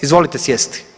Izvolite sjesti.